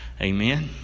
Amen